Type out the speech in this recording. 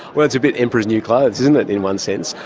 well, it's bit emperor's new clothes isn't it, in one sense?